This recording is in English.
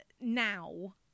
Now